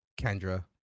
kendra